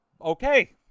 okay